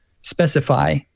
specify